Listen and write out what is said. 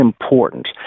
important